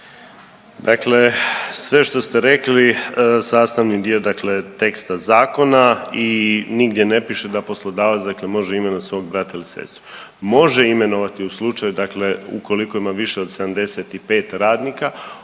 Dakle sve što ste rekli sastavni dio dakle teksta zakona i nigdje ne piše da poslodavac dakle može imenovat svog brata ili sestru. Može imenovati u slučaju dakle ukoliko ima više od 75 radnika